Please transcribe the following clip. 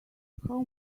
how